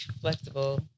flexible